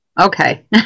okay